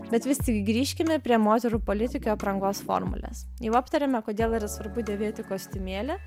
bet vis tik grįžkime prie moterų politikių aprangos formulės jau aptarėme kodėl yra svarbu dėvėti kostiumėlį